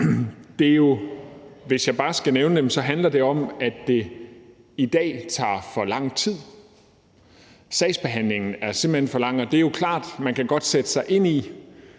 dem, handler det om, at det i dag tager for lang tid. Sagsbehandlingen varer simpelt hen for lang tid. Og det er klart, at vi godt kan sætte sig ind i,